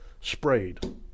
sprayed